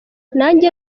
nange